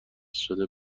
شده